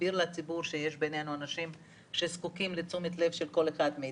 נסביר לציבור שיש בינינו אנשים שזקוקים לתשומת הלב של כל אחד מאתנו.